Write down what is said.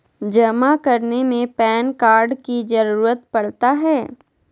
जमा करने में पैन कार्ड की जरूरत पड़ता है?